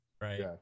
right